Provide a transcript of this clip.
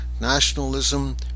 nationalism